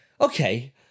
okay